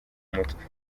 mutwe